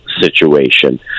situation